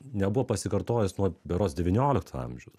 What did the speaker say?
nebuvo pasikartojęs nuo berods devyniolikto amžiaus